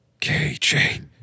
KJ